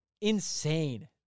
Insane